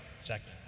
second